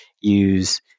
use